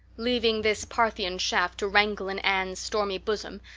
leaving this parthian shaft to rankle in anne's stormy bosom,